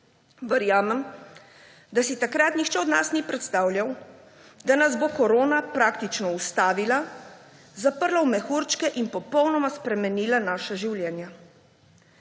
Verjamem, da si takrat nihče od nas ni predstavljal, da nas bo korona praktično ustavila, zaprla v mehurčke in bo popolnoma spremenila naša življenja.